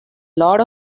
lot